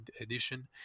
edition